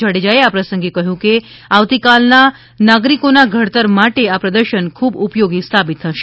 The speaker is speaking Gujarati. જાડેજા એ આ પ્રસંગે કહ્યું હતું કે આવતીકાલ ના નાગરિકો ના ઘડતર માટે અ પ્રદર્શન ખૂબ ઉપયોગી સાબિત થશે